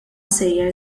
sejjer